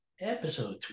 Episode